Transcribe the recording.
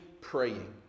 praying